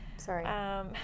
Sorry